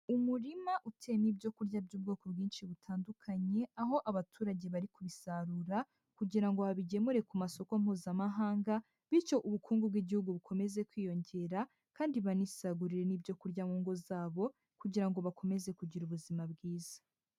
Umurima uteyemo ibyo kurya by'ubwoko bwinshi butandukanye, aho abaturage bari kubisarura kugira ngo babigemure ku masoko Mpuzamahanga, bityo ubukungu bw'igihugu bukomeze kwiyongera, kandi banisagurire ibyo kurya mu ngo zabo kugira ngo bakomeze kugira ubuzima bwiza.